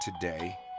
today